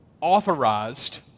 authorized